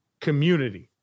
community